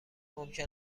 ممکن